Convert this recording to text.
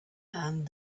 hand